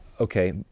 Okay